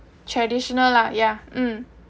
traditional lah ya mm